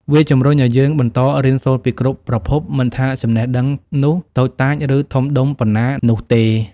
វាជំរុញឲ្យយើង បន្តរៀនសូត្រពីគ្រប់ប្រភព មិនថាចំណេះដឹងនោះតូចតាច ឬធំដុំប៉ុណ្ណានោះទេ។